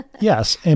Yes